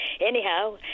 anyhow